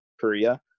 Korea